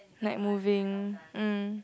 like moving mm